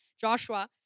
Joshua